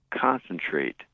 concentrate